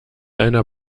einer